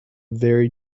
very